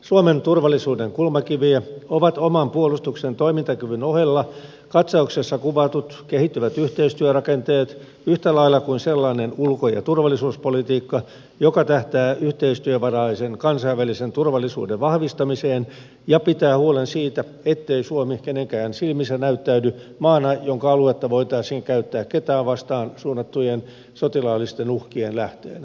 suomen turvallisuuden kulmakiviä ovat oman puolustuksen toimintakyvyn ohella katsauksessa kuvatut kehittyvät yhteistyörakenteet yhtä lailla kuin sellainen ulko ja turvallisuuspolitiikka joka tähtää yhteistyövaraisen kansainvälisen turvallisuuden vahvistamiseen ja pitää huolen siitä ettei suomi kenenkään silmissä näyttäydy maana jonka aluetta voitaisiin käyttää ketään vastaan suunnattujen sotilaallisten uhkien lähteenä